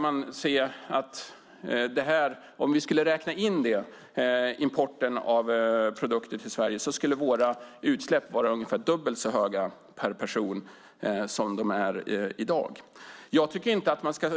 Men om vi räknade in importen av produkter till Sverige skulle utsläppen här per person vara ungefär dubbelt så stora som de i dag är. Jag tycker inte att man ska